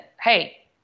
hey